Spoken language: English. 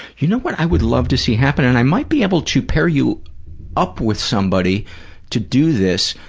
you know what i would love to see happen, and i might be able to pair you up with somebody to do this,